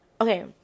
Okay